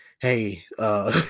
hey